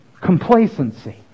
complacency